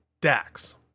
Dax